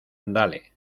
dale